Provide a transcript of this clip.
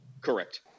Correct